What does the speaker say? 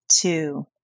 two